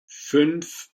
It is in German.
fünf